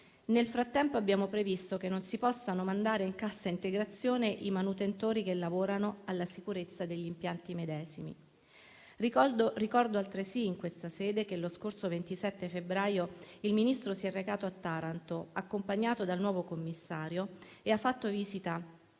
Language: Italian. Nel frattempo, abbiamo previsto che non si possano mandare in cassa integrazione i manutentori che lavorano alla sicurezza degli impianti medesimi. Ricordo altresì in questa sede che lo scorso 27 febbraio il Ministro si è recato a Taranto, accompagnato dal nuovo commissario, e ha fatto visita